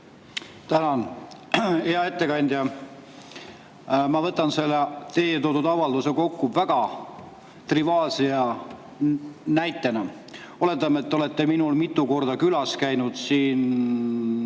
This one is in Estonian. Tänan! Hea ettekandja! Ma võtan selle teie toodud avalduse kokku väga triviaalse näitega. Oletame, et te olete minul mitu korda külas käinud, minu